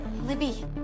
libby